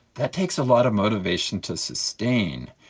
that takes a lot of motivation to sustain,